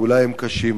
אולי הם קשים,